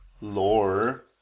lore